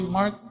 Mark